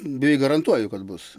beveik garantuoju kad bus